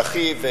של אחיו,